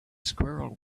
squirrel